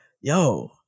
yo